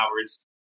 hours